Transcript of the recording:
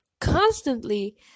constantly